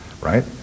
right